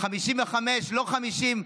55 ולא 50,